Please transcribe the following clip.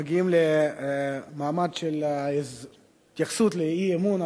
מגיעים למעמד של התייחסות לאי-אמון.